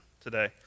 today